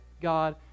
God